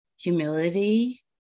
humility